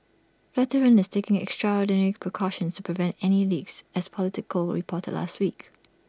flatiron is taking extraordinary precautions to prevent any leaks as Politico reported last week